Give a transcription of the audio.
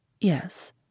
Yes